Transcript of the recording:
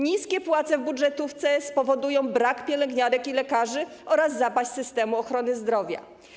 Niskie płace w budżetówce spowodują brak pielęgniarek i lekarzy oraz zapaść systemu ochrony zdrowia.